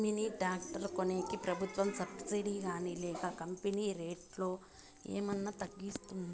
Mini tractor కొనేకి ప్రభుత్వ subsidy గాని లేక కంపెని రేటులో ఏమన్నా తగ్గిస్తుందా?